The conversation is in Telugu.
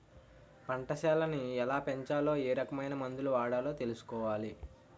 పంటసేలని ఎలాపెంచాలో ఏరకమైన మందులు వాడాలో తెలుసుకోవాలి